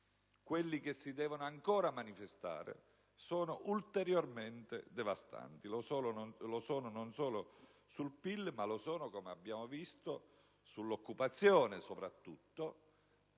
quelli che si devono ancora manifestare, sono ulteriormente devastanti, non solo sul PIL, ma anche - come abbiamo visto - sulla disoccupazione, soprattutto,